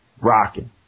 rocking